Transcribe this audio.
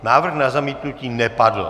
Návrh na zamítnutí nepadl.